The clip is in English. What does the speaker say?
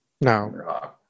No